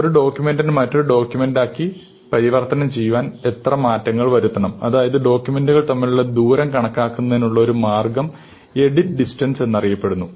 ഒരു ഡോക്യൂമെന്റിനെ മറ്റൊരു ഡോക്യൂമെന്റാക്കി പരിവർത്തനം ചെയ്യുവാൻ എത്ര മാറ്റങ്ങൾ വരുത്തണം അതായത് ഡോക്യൂമെന്റുകൾ തമ്മിലുള്ള ദൂരം കണക്കാക്കുന്നതിനുള്ള ഒരു മാർഗ്ഗം എഡിറ്റ് ഡിസ്റ്റൻസ് എന്ന് അറിയപ്പെടുന്നു